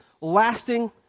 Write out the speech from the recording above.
lasting